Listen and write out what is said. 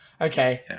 Okay